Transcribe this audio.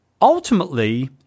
ultimately